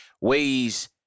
ways